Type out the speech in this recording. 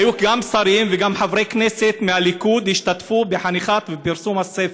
היו גם שרים וגם חברי כנסת מהליכוד שהשתתפו בחניכת פרסום הספר,